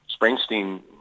Springsteen